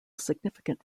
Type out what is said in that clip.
significant